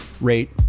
rate